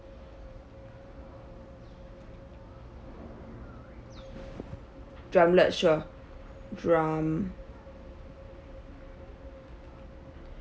drumlet sure drum